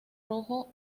rojo